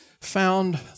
found